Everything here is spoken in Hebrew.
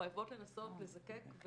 אנחנו חייבות לנסות לזקק ולהחזיר.